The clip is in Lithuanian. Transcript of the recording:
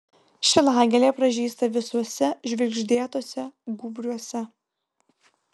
šilagėlė pražysta visuose žvirgždėtuose gūbriuose